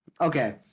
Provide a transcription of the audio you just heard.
Okay